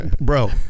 Bro